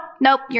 nope